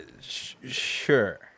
Sure